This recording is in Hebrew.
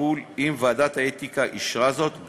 טיפול אם ועדת האתיקה אישרה זאת,